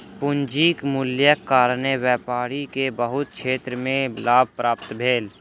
पूंजीक मूल्यक कारणेँ व्यापारी के बहुत क्षेत्र में लाभ प्राप्त भेल